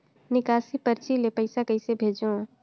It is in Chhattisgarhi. निकासी परची ले पईसा कइसे भेजों?